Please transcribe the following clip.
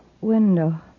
window